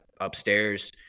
upstairs